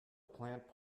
plant